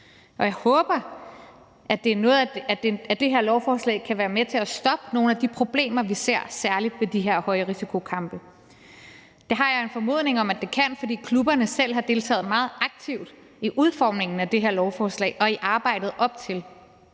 jeg håber, at det her lovforslag kan være med til at stoppe nogle af de problemer, vi ser ved særlig de her højrisikokampe. Det har jeg en formodning om det kan, fordi klubberne selv har deltaget meget aktivt i udformningen af det her lovforslag og i arbejdet op til,